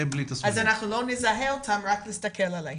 אז לא נזהה אותם רק מהסתכלות עליהם,